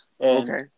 Okay